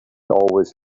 always